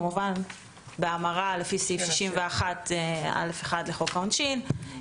כמובן בהמרה לפי סעיף 61(א)(1) לחוק העונשין,